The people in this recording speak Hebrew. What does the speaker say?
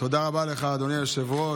תודה רבה לך, אדוני היושב-ראש.